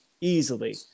easily